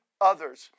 others